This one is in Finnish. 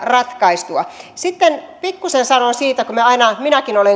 ratkaistua sitten pikkusen sanon siitä kun minäkin